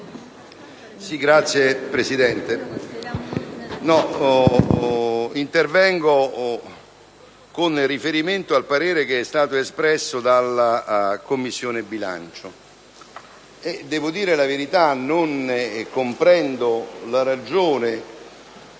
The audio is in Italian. Signora Presidente, intervengo con riferimento al parere che è stato espresso dalla Commissione bilancio. Devo dire la verità: non comprendo la ragione